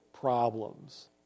problems